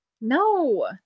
no